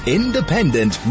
independent